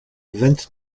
vingt